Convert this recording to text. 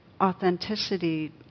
authenticity